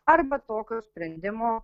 arba tokio sprendimo